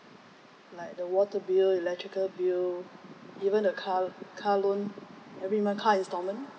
like the water bill electrical bill even a car car loan every month car instalment